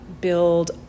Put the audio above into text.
build